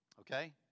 Okay